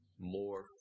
more